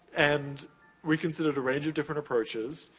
and we considered a range of different approaches.